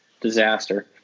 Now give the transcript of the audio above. disaster